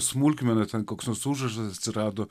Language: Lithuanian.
smulkmena ten koks nors užrašas atsirado